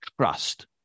trust